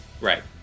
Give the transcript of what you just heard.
Right